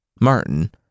Martin